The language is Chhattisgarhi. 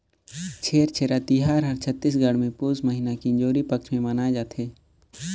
छेरछेरा तिहार हर छत्तीसगढ़ मे पुस महिना के इंजोरी पक्छ मे मनाए जथे